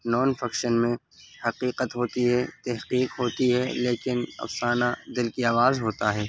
naan fiction میں حقیقت ہوتی ہے تحقیق ہوتی ہے لیکن افسانہ دل کی آواز ہوتا ہے